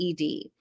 ED